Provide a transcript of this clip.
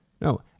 No